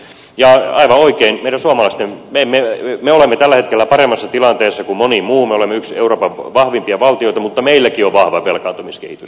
aivan oikein me suomalaiset olemme tällä hetkellä paremmassa tilanteessa kuin moni muu me olemme yksi euroopan vahvimpia valtioita mutta meilläkin on vahva velkaantumiskehitys